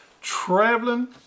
traveling